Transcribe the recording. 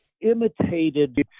imitated